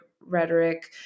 rhetoric